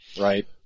Right